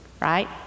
right